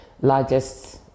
largest